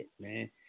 man